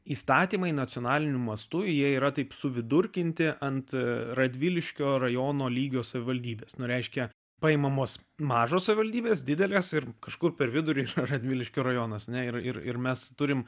įstatymai nacionaliniu mastu yra taip suvidurkinti ant radviliškio rajono lygio savivaldybės nu reiškia paimamos mažos savivaldybės didelės ir kažkur per vidurį radviliškio rajonas ne ir ir ir mes turime